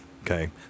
Okay